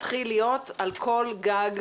מתחיל להיות על כל גג.